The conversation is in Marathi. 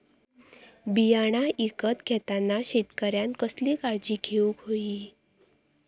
बियाणा ईकत घेताना शेतकऱ्यानं कसली काळजी घेऊक होई?